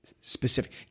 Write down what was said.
specific